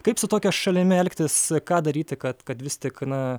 kaip su tokia šalimi elgtis ką daryti kad kad vis tik na